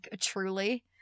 truly